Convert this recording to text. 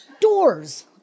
doors